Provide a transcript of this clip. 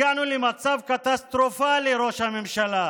הגענו למצב קטסטרופלי, ראש הממשלה,